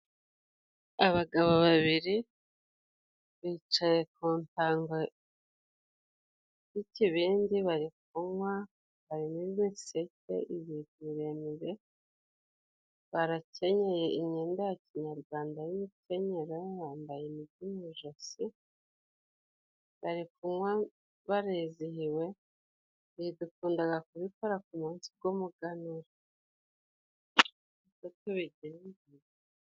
Abagabo babiri bicaye ku ntango y'ikibindi bari kunywa amibete ibi birere barakenyeye imyenda ya kinyarwanda y'imikenyero bambaye inigi mu ijosi barikunywa barizihiwe ibi dukundaga kubikora ku munsi w'umuganura.